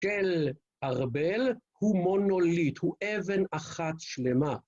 תל ארבל הוא מונולית, הוא אבן אחת שלמה.